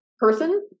person